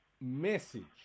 message